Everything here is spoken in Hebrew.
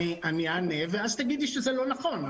אני אענה ואז תגידי שזה לא נכון,